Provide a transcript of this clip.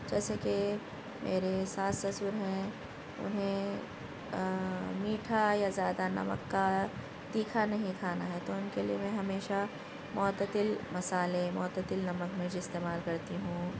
جیسے کہ میرے ساس سسر ہیں انہیں میٹھا یا زیادہ نمک کا تیکھا نہیں کھانا ہے تو ان کے لیے میں ہمیشہ معتدل مصالحہ معتدل نمک مرچ استعمال کرتی ہوں